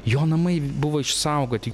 jo namai buvo išsaugoti